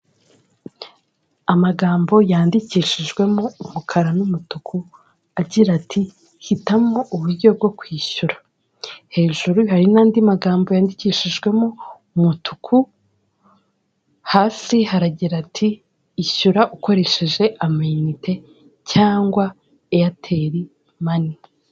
Amagambo yandikishijwemo umukara n'umutuku, agira ati, hitamo uburyo bwo kwishyura, hejuru hari n'andi magambo yandikishijwemo umutuku, hasi haragira ati, ishyura ukoresheje amayinite cyangwa eyateli mani.